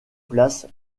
place